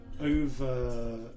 over